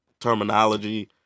Terminology